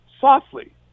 softly